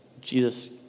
Jesus